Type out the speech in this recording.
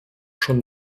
schon